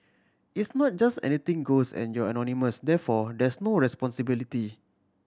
it's not just anything goes and you're anonymous therefore there's no responsibility